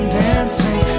dancing